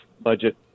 budget